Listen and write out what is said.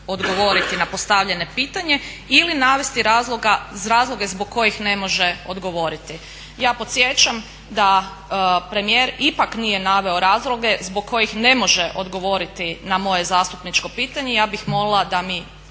odgovoriti na postavljeno pitanje ili navesti razloge zbog kojih ne može odgovoriti. Ja podsjećam, da premijer ipak nije naveo razloge zbog kojih ne može odgovoriti na moje zastupničko pitanje. I ja bih molila da mi